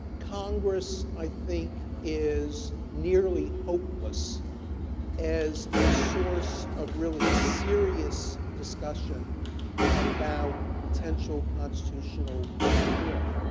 congress, i think, is nearly hopeless as a source of really serious discussion about potential constitutional reform.